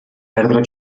perdre